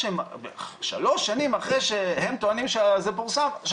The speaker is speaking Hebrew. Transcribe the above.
ששלוש שנים אחרי שהם טוענים שזה פורסם,